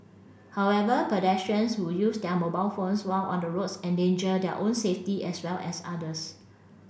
however pedestrians who use their mobile phones while on the roads endanger their own safety as well as others